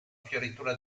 fioritura